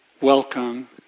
welcome